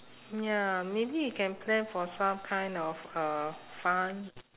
ya maybe we can plan for some kind of uh fun